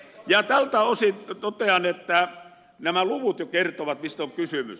ja tältä osin totean että nämä luvut jo kertovat mistä on kysymys